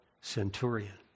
Centurion